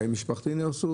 חיי משפחתי נהרסו,